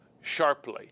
sharply